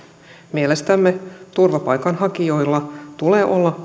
mielestämme turvapaikanhakijoilla tulee